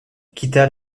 quitta